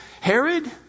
Herod